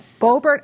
Bobert